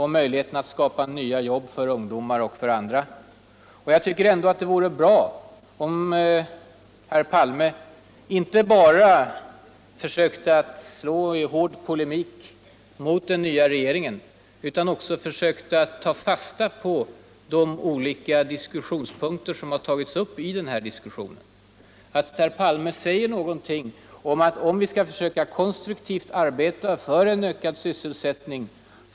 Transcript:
om möjligheterna att skapa nya jobb för ungdomar och för andra. Jag tycker ändå att det vore bra om herr Palme inte bara försökte slå genom hård polemik mot den nya regeringen utan också försökte ta fasta på de olika diskussionspunkter som har tagits upp i denna debatt. Herr Palme borde ta upp något om att vi skall försöka konstruktivt arbeta för en ökad trygghet.